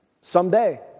someday